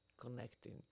connecting